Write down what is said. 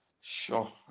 Sure